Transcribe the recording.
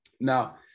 Now